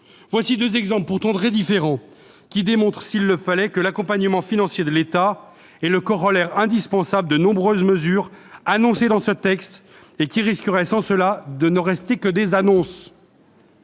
là deux exemples, très différents, qui démontrent, s'il le fallait, que l'accompagnement financier de l'État est le corolaire indispensable de nombreuses mesures figurant dans ce texte et qui risquent, sans cet accompagnement, de n'être que des annonces.